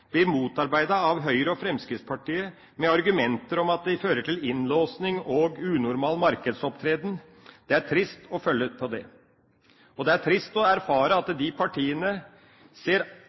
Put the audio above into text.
av Høyre og Fremskrittspartiet med argumenter om at det vil føre til innlåsning og unormal markedsopptreden. Det er trist å følge med på det. Og det er trist å erfare at de partiene